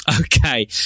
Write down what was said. Okay